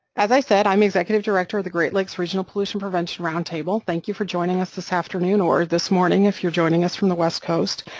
as i said i'm executive director of the great lakes regional pollution prevention roundtable. thank you for joining us this afternoon, or this morning if you're joining us from the west coast.